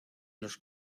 los